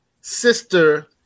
sister